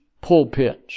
pulpits